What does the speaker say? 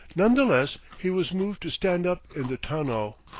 none the less he was moved to stand up in the tonneau,